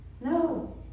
No